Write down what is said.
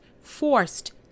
forced